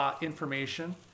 information